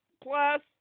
Plus